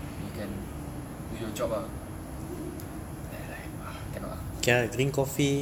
you can do your job ah and then like cannot ah